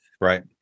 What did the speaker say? Right